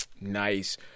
Nice